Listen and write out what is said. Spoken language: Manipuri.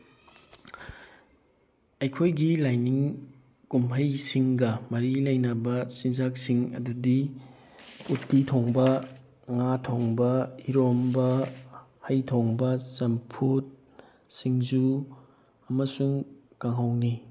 ꯑꯩꯈꯣꯏꯒꯤ ꯂꯥꯏꯅꯤꯡ ꯀꯨꯝꯍꯩꯁꯤꯡꯒ ꯃꯔꯤ ꯂꯩꯅꯕ ꯆꯤꯟꯖꯥꯛꯁꯤꯡ ꯑꯗꯨꯗꯤ ꯎꯇꯤ ꯊꯣꯡꯕ ꯉꯥ ꯊꯣꯡꯕ ꯏꯔꯣꯟꯕ ꯍꯩ ꯊꯣꯡꯕ ꯆꯝꯐꯨꯠ ꯁꯤꯡꯖꯨ ꯑꯃꯁꯨꯡ ꯀꯥꯡꯍꯧꯅꯤ